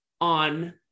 on